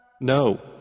No